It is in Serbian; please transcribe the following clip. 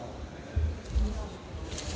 Hvala